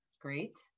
Great